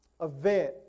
event